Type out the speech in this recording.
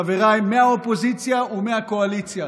חבריי מהאופוזיציה ומהקואליציה